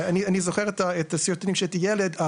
אני זוכר את הסרטונים שהייתי ילד,